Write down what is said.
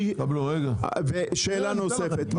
ושאלה נוספת,